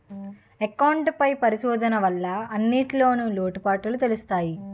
account పై పరిశోధన వల్ల అన్నింటిన్లో లోటుపాటులు తెలుత్తయి